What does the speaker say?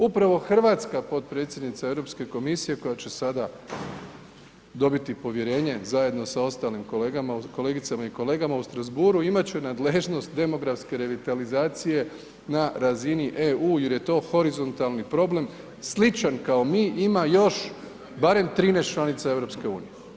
Upravo hrvatska potpredsjednica Europske komisije koja će sada dobiti povjerenje zajedno sa ostalim kolegicama i kolegama u Strasbourgu imat će nadležnost demografske revitalizacije na razini EU jer je to horizontalni problem sličan kao mi ima barem još 13 članica EU.